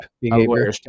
behavior